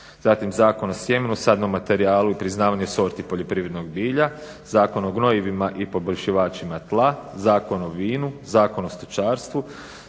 zatim Zakon o sjemenu, sadnom materijalu i priznavanju sorti poljoprivrednog bilja, Zakon o gnojivima i poboljšivačima tla, Zakon o vinu, Zakon o stočarstvu,